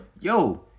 yo